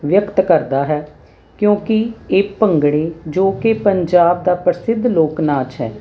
ਵਿਅਕਤ ਕਰਦਾ ਹੈ ਕਿਉਂਕਿ ਇਹ ਭੰਗੜੇ ਜੋ ਕਿ ਪੰਜਾਬ ਦਾ ਪ੍ਰਸਿੱਧ ਲੋਕ ਨਾਚ ਹੈ